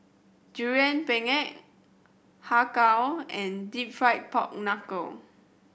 Durian Pengat Har Kow and Deep Fried Pork Knuckle